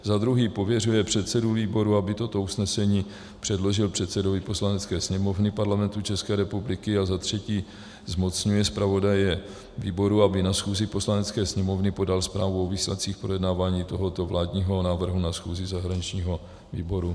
Za druhé pověřuje předsedu výboru, aby toto usnesení předložil předsedovi Poslanecké sněmovny Parlamentu ČR, a za třetí zmocňuje zpravodaje výboru, aby na schůzi Poslanecké sněmovny podal zprávu o výsledcích projednávání tohoto vládního návrhu na schůzi zahraničního výboru.